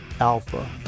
alpha